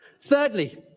Thirdly